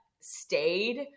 stayed